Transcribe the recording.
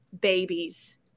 babies